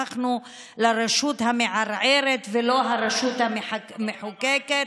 הפכנו לרשות המערערת ולא הרשות המחוקקת.